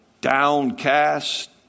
downcast